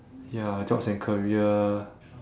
ya jobs and career